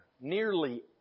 nearly